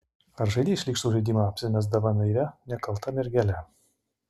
ar žaidei šlykštų žaidimą apsimesdama naivia nekalta mergele